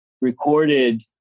recorded